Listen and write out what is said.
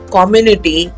Community